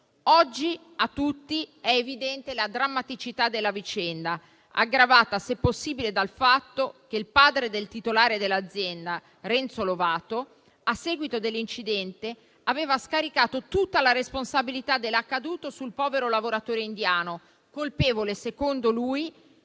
Oggi è a tutti evidente la drammaticità della vicenda, aggravata, se possibile, dal fatto che il padre del titolare dell'azienda, Renzo Lovato, a seguito dell'incidente aveva scaricato tutta la responsabilità dell'accaduto sul povero lavoratore indiano, colpevole secondo lui